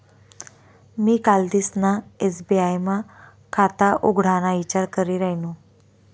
मी कालदिसना एस.बी.आय मा खाता उघडाना ईचार करी रायनू